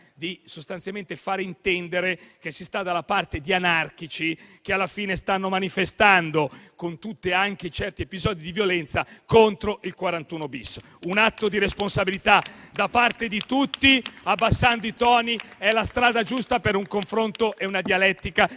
sostanzialmente di far intendere che si sta dalla parte di anarchici che stanno manifestando, anche con alcuni episodi di violenza, contro il 41-*bis*. Un atto di responsabilità da parte di tutti, abbassando i toni, è la strada giusta per un confronto e una dialettica